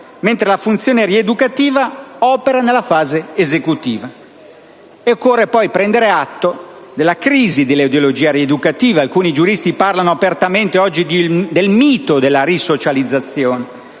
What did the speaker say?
mentre la funzione rieducativa opera nella fase esecutiva. Occorre poi prendere atto della crisi dell'ideologia rieducativa. Alcuni giuristi parlano apertamente oggi del mito della risocializzazione,